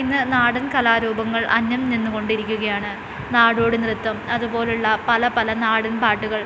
ഇന്ന് നാടൻ കലാരൂപങ്ങൾ അന്യം നിന്നുകൊണ്ടിരിക്കുകയാണ് നാടോടി നൃത്തം അതുപോലുള്ള പല പല നാടൻ പാട്ടുകൾ